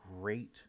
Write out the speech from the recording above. great